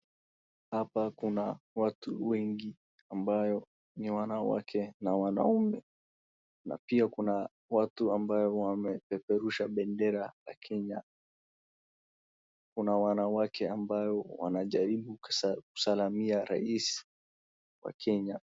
Hapa kuna watu wengi ambayo ni wanawake na wanaume. Na pia kuna watu ambao wamepeperusha bendera ya Kenya .Kuna wanawake wanajaribu Rais wa Kenya.